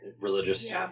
religious